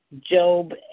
Job